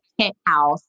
penthouse